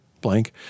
blank